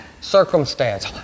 circumstance